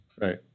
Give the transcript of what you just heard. right